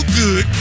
good